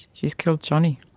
she's killed johnny.